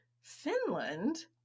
Finland